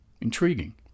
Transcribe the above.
intriguing